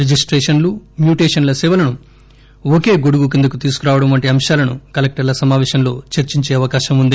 రిజిస్టేషన్లు మ్యుటేషన్ల సేవలను ఒకే గొడుగు కిందకు తీసుకురావడం వంటి అంశాలను కలెక్టర్ల సమావేశంలో చర్చించే అవకాశం ఉంది